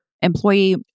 Employee